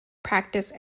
practice